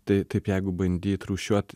tai taip jeigu bandyt rūšiuot